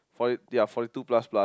forty ya forty two plus plus